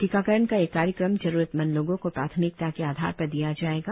टीकाकरण का यह कार्यक्रम जरूरतमंद लोगों को प्राथमिकता के आधार पर दिया जायेगा